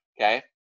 okay